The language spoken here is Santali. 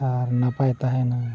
ᱟᱨ ᱱᱟᱯᱟᱭ ᱛᱟᱦᱮᱱᱟ